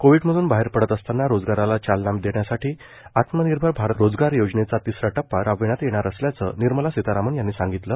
कोविडमधून बाहेर पडत असताना रोजगाराला चालना देण्यासाठी आत्मनिर्भर भारत रोजगार योजनेचा तिसरा टप्पा राबवण्यात येणार असल्याचं निर्मला सीतारामन यांनी सांगितलं